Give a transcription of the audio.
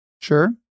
sure